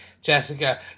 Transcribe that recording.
Jessica